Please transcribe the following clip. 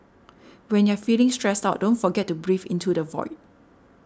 when you are feeling stressed out don't forget to breathe into the void